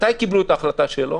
מתי קיבלו את ההחלטה שלא?